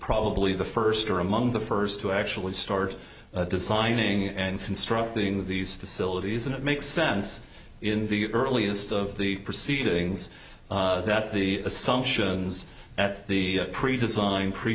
probably the first or among the first to actually start designing and constructing these facilities and it makes sense in the earliest of the proceedings that the assumptions at the pre design pre